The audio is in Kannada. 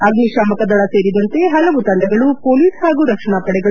ಅಗ್ನಿಶಾಮಕ ದಳ ಸೇರಿದಂತೆ ಹಲವು ತಂಡಗಳು ಹೊಲೀಸ್ ಹಾಗೂ ರಕ್ಷಣಾ ಪಡೆಗಳು